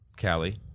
Callie